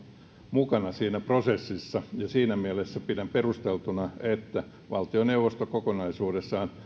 mukana siinä prosessissa siinä mielessä pidän perusteltuna että valtioneuvosto kokonaisuudessaan